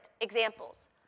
examples